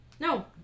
No